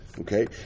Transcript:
Okay